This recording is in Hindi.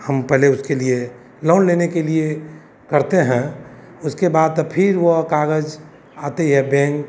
हम पहले उसके लिए लोन लेने के लिए करते हैं उसके बाद तो फिर वह कागज़ आती है बेंक